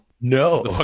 No